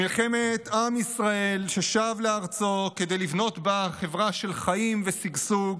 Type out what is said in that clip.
מלחמת עם ישראל ששב לארצו כדי לבנות בה חברה של חיים ושגשוג